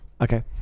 Okay